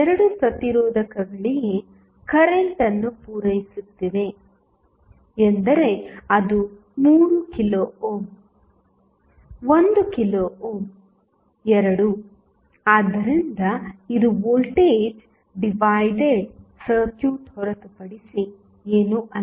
ಎರಡೂ ಪ್ರತಿರೋಧಕಗಳಿಗೆ ಕರೆಂಟ್ ಅನ್ನು ಪೂರೈಸುತ್ತಿದೆ ಎಂದರೆ ಅದು 3 ಕಿಲೋ ಓಮ್ 1 ಕಿಲೋ ಓಮ್ ಎರಡೂ ಆದ್ದರಿಂದ ಇದು ವೋಲ್ಟೇಜ್ ಡಿವೈಡೆಡ್ ಸರ್ಕ್ಯೂಟ್ ಹೊರತುಪಡಿಸಿ ಏನೂ ಅಲ್ಲ